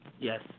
Yes